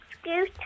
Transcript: scooter